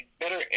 better